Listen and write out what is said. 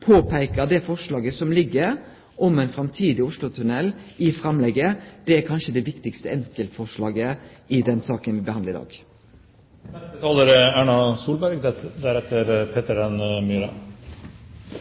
påpeike forslaget om ein framtidig Oslo-tunnel som ligg i framlegget. Det er kanskje det viktigaste enkeltforslaget i den saka vi behandlar i dag. Det som er slående i denne debatten, er